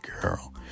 girl